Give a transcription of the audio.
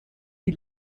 die